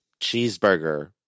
cheeseburger